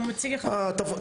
הוא מציג לך אותו,